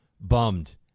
bummed